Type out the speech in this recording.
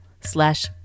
slash